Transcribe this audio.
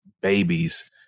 babies